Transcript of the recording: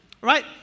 right